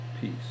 peace